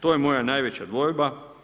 To je moja najveća dvojba.